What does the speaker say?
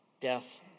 death